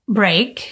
break